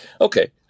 Okay